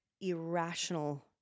irrational